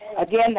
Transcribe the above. Again